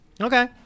Okay